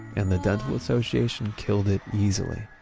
and the dental association killed it easily.